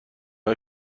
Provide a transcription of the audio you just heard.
های